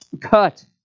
cut